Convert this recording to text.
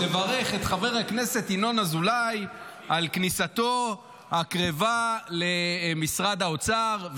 לברך את חבר הכנסת ינון אזולאי על כניסתו הקרבה למשרד האוצר.